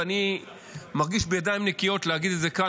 ואני מרגיש שאני בא בידיים נקיות להגיד את זה כאן,